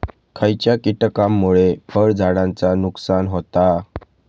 खयच्या किटकांमुळे फळझाडांचा नुकसान होता?